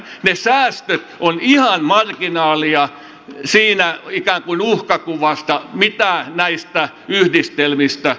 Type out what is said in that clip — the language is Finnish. ne säästöt ovat ihan marginaalia siinä ikään kuin uhkakuvassa mitä näistä yhdistelmistä seuraa